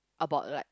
about like